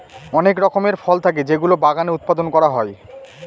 অনেক রকমের ফল থাকে যেগুলো বাগানে উৎপাদন করা হয়